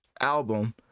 album